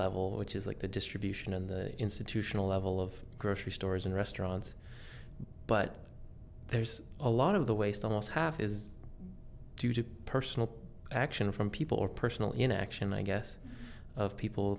level which is like the distribution in the institutional level of grocery stores and restaurants but there's a lot of the waste almost half is due to personal action from people or personal interaction i guess of people